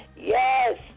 Yes